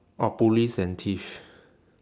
or police and thief